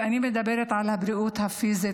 ואני מדברת על הבריאות הפיזית.